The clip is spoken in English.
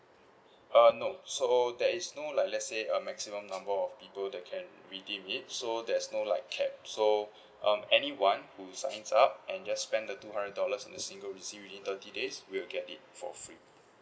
uh no so there is no like let's say a maximum number of people that can redeem it so there's no like cap so um anyone who signs up and just spend the two hundred dollars in a single receipt within thirty days will get it for free